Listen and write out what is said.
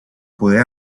poder